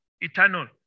eternal